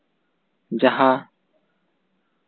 ᱡᱟᱦᱟᱸ